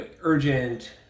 urgent